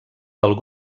del